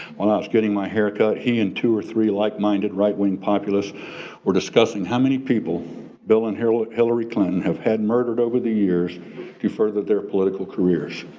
when i was getting my hair cut, he and two or three like-minded right-wing populist were discussing how many people bill and like hillary clinton have had murdered over the years to further their political careers.